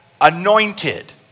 anointed